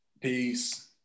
Peace